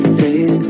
days